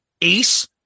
Ace